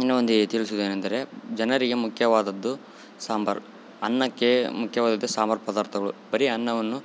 ಇನ್ನು ಒಂದೇ ತಿಳ್ಸುವುದು ಏನೆಂದರೆ ಜನರಿಗೆ ಮುಖ್ಯವಾದದ್ದು ಸಾಂಬಾರು ಅನ್ನಕ್ಕೆ ಮುಖ್ಯವಾದದ್ದು ಸಾಂಬಾರು ಪದಾರ್ಥಗಳು ಬರಿ ಅನ್ನವನ್ನು